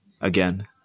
Again